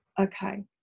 Okay